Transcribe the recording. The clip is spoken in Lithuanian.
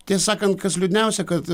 tiesą sakant kas liūdniausia kad